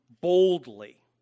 boldly